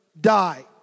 die